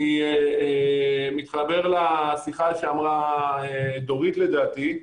אני מתחבר לשיחה שאמרה דורית לדעתי,